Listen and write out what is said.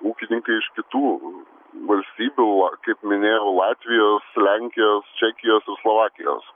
ūkininkai iš kitų valstybių la kaip minėjau latvijos lenkijos čekijos ir slovakijos